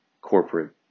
corporate